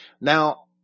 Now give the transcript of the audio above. Now